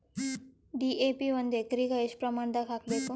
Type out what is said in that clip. DAP ಒಂದು ಎಕರಿಗ ಎಷ್ಟ ಪ್ರಮಾಣದಾಗ ಹಾಕಬೇಕು?